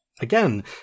again